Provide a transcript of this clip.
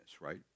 right